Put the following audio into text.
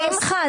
שמחה,